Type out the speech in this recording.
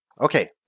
Okay